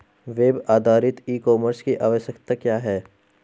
Web आधारित e commerce की आवश्यकता क्या है?